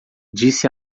disse